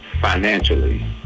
financially